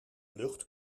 lucht